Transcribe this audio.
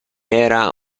era